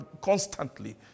constantly